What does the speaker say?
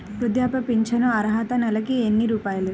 వృద్ధాప్య ఫింఛను అర్హత నెలకి ఎన్ని రూపాయలు?